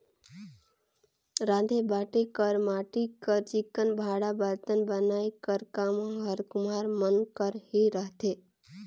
राँधे बांटे कर माटी कर चिक्कन भांड़ा बरतन बनाए कर काम हर कुम्हार मन कर ही रहथे